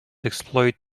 exploit